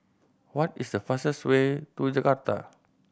what is the fastest way to Jakarta